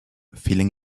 feeling